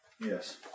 Yes